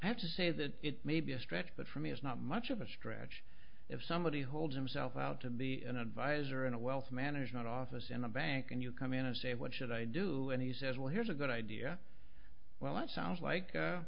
have to say that it may be a stretch but for me is not much of a stretch if somebody holds himself out to be an advisor in a wealth management office in a bank and you come in and say what should i do and he says well here's a good idea well it sounds like